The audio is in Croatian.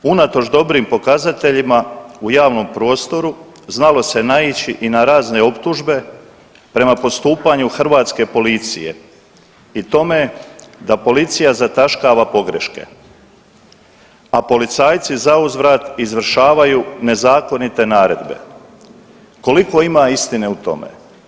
Unatoč dobrim pokazateljima u javnom prostoru znalo se naići i na razne optužbe prema postupanju hrvatske policije i tome da policija zataškava pogreške, a policajci zauzvrat izvršavaju nezakonite naredbe, koliko ima istine u tome?